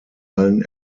allen